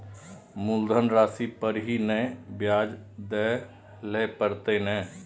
मुलधन राशि पर ही नै ब्याज दै लै परतें ने?